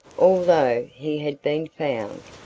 although he had been found.